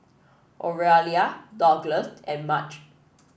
Oralia Douglas and Madge